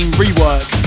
rework